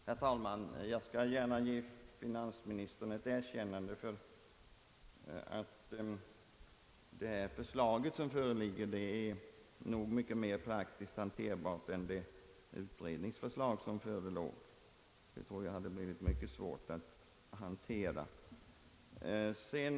Herr talman! Jag skall gärna ge finansministern ett erkännande för att det förslag, som här föreligger, nog är mer praktiskt än det utredningsförslag som på sin tid framlades. Detta tror jag hade blivit mycket svårt att hantera i praktiken.